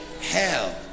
hell